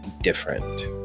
different